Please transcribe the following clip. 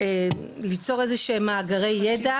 ליצור איזה שהם מאגרי ידע,